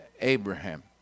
Abraham